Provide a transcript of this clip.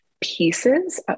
pieces